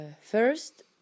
first